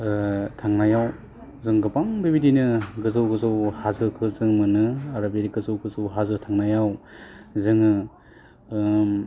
थांनायाव जों गोबां बेबायदिनो गोजौ गोजौ हाजोखौ जों मोनो आरो बिदि गोजौ गोजौ हाजो थांनायाव जोङो उम